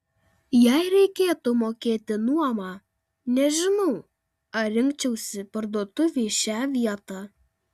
jei reikėtų mokėti nuomą nežinau ar rinkčiausi parduotuvei šią vietą